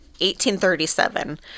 1837